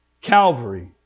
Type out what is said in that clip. Calvary